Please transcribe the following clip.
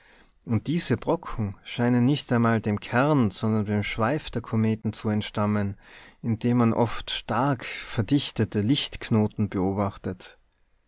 und diese brocken scheinen nicht einmal dem kern sondern dem schweif der kometen zu entstammen in dem man oft stark verdichtete lichtknoten beobachtet